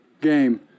game